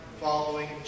following